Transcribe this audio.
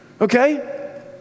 okay